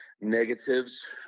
negatives